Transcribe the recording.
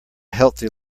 healthy